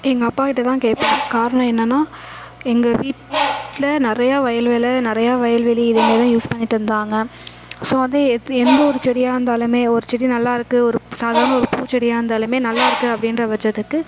எங்கள் அப்பாகிட்ட தான் கேட்பேன் காரணம் என்னென்னா எங்கள் வீட்டில் நிறையா வயல் வேலை நிறையா வயல் வெளி இதே மாதிரி தான் யூஸ் பண்ணிட்டு இருந்தாங்க ஸோ வந்து எப் எந்த ஒரு செடியாக இருந்தாலும் ஒரு செடி நல்லாருக்குது ஒரு சாதாரண ஒரு பூச்செடியாக இருந்தாலும் நல்லாருக்குது அப்படின்ற பட்சத்துக்கு